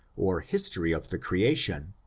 or history of the creation,